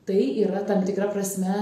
tai yra tam tikra prasme